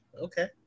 Okay